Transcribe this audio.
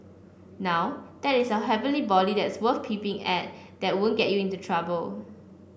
now that is a heavenly body that's worth peeping at that won't get you into trouble